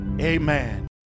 Amen